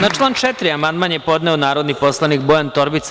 Na član 4. amandman je podneo narodni poslanik Bojan Torbica.